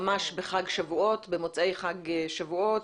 ממש במוצאי חג שבועות.